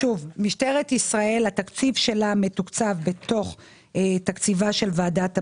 תקציב משטרת ישראל מתוקצב בתוך תקציב ועדת הבחירות,